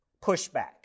pushback